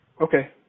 Okay